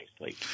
nicely